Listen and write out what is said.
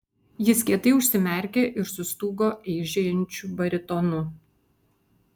jis kietai užsimerkė ir sustūgo eižėjančiu baritonu